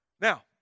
Now